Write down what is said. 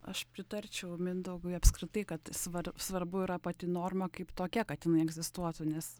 aš pritarčiau mindaugui apskritai kad svar svarbu yra pati norma kaip tokia kad jinai egzistuotų nes